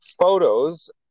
photos